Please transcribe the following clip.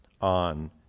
on